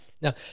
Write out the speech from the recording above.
Now